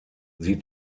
sie